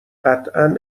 قطعا